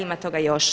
Ima toga još.